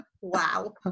Wow